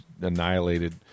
annihilated